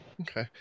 Okay